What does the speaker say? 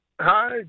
Hi